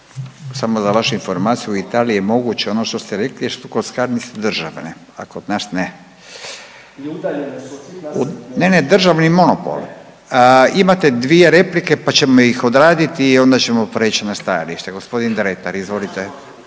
samo za vašu informaciju u Italiji je moguće ono što ste rekli jer su kockarnice državne, a kod nas ne. …/Upadica Miletić, ne razumije se./… Ne, ne, državni monopol. Imate dvije replike pa ćemo ih odraditi i onda ćemo prijeći na stajalište. Gospodin Dretar, izvolite.